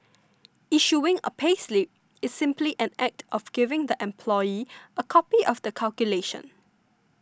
issuing a payslip is simply an act of giving the employee a copy of the calculation